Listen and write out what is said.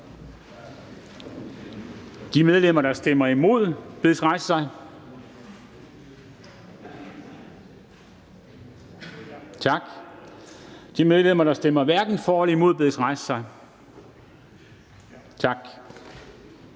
De medlemmer, der stemmer imod, bedes rejse sig. Tak. De medlemmer, der stemmer hverken for eller imod, bedes rejse sig. Tak.